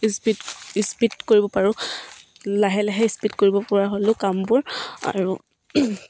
speed speed কৰিব পাৰোঁ লাহে লাহে স্পীড কৰিব পৰা হ'লোঁ কামবোৰ আৰু